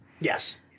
Yes